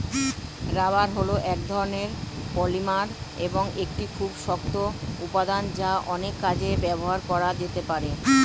rubber হল এক ধরণের পলিমার এবং একটি খুব শক্ত উপাদান যা অনেক কাজে ব্যবহার করা যেতে পারে